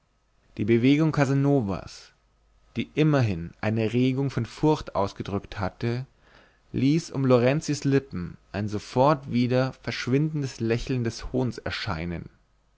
die bewegung casanovas die immerhin eine regung von furcht ausgedrückt hatte ließ um lorenzis lippen ein sofort wieder verschwindendes lächeln des hohns erscheinen